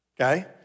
okay